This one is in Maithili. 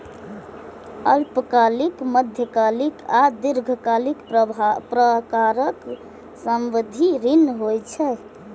अल्पकालिक, मध्यकालिक आ दीर्घकालिक प्रकारक सावधि ऋण होइ छै